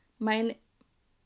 my